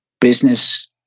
business